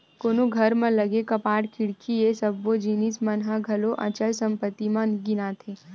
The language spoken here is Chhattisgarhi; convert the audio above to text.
कोनो घर म लगे कपाट, खिड़की ये सब्बो जिनिस मन ह घलो अचल संपत्ति म गिनाथे